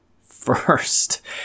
first